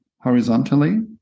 horizontally